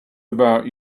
about